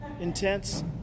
intense